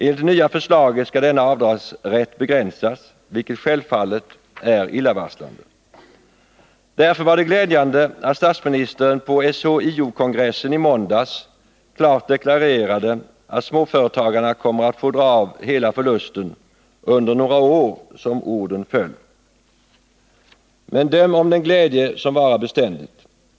Enligt det nya förslaget skall denna avdragsrätt begränsas, vilket självfallet är illavarslande. Därför var det glädjande att statsministern på SHIO kongressen i måndags klart deklarerade att småföretagarna kommer att få dra av hela förlusten ”under några år”, som orden föll. Men döm om den glädje som varar beständigt.